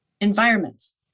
environments